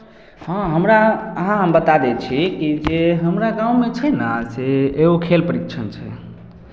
हँ हमरा अहाँ हम बता दै छी ई जे हमरा गाँवमे छै ने से एगो खेल परीक्षण छै